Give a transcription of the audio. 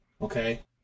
Okay